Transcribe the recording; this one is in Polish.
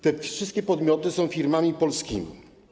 Te wszystkie podmioty są firmami polskimi.